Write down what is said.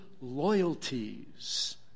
loyalties